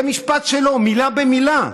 זה משפט שלו, מילה במילה.